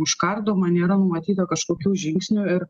užkardoma nėra numatyta kažkokių žingsnių ir